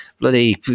bloody